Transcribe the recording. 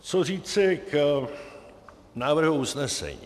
Co říci k návrhu usnesení?